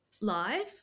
live